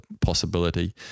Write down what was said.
possibility